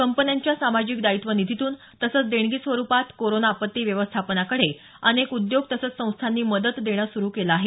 कंपन्यांच्या सामाजिक दायित्व निधीतून तसंच देणगी स्वरुपात कोरोना आपत्ती व्यवस्थापनाकडे अनेक उद्योग तसंच संस्थानी मदत देणं सुरु केलं आहे